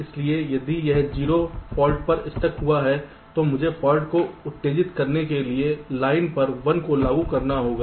इसलिए यदि यह 0 फाल्ट पर स्टक हुआ है तो मुझे फॉल्ट को उत्तेजित करने के लिए इस लाइन पर 1 को लागू करना होगा